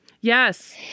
Yes